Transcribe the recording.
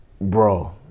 Bro